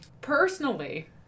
Personally